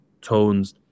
tones